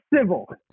civil